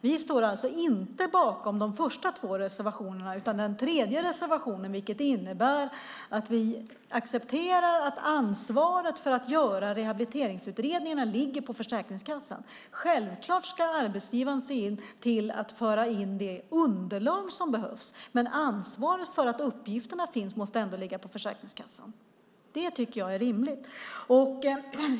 Vi står alltså inte bakom de första två reservationerna utan den tredje reservationen, vilket innebär att vi accepterar att ansvaret för att göra rehabiliteringsutredningarna ligger på Försäkringskassan. Självklart ska arbetsgivaren se till att föra in det underlag som behövs, men ansvaret för att uppgifterna finns måste ändå ligga på Försäkringskassan. Det tycker jag är rimligt.